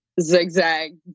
zigzag